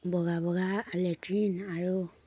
বগা বগা লেট্ৰিন আৰু